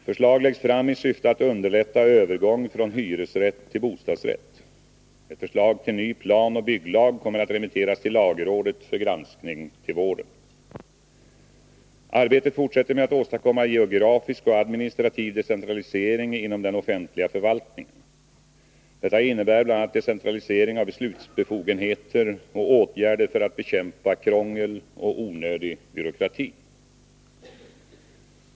Förslag läggs fram i syfte att underlätta övergång från hyresrätt till bostadsrätt. Ett förslag till ny planoch bygglag kommer att remitteras till lagrådet för granskning till våren. Arbetet fortsätter med att åstadkomma geografisk och administrativ decentralisering inom den offentliga förvaltningen. Detta innefattar bl.a. decentralisering av beslutsbefogenheter och åtgärder för att bekämpa krångel och onödig byråkrati.